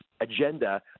agenda